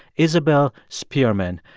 isabel spearman.